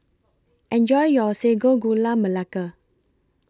Enjoy your Sago Gula Melaka